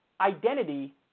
identity